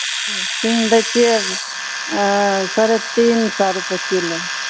ओ सीम दै छियै आं सारे तीन सए रूपे किलो